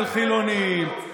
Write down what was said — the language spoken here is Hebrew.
של חילונים.